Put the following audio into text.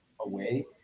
away